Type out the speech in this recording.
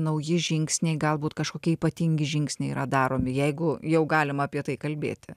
nauji žingsniai galbūt kažkokie ypatingi žingsniai yra daromi jeigu jau galima apie tai kalbėti